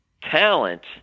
talent